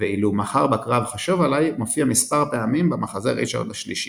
ואילו "מחר בקרב חשוב עלי" מופיע מספר פעמים במחזה ריצ'רד השלישי.